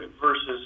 versus